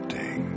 day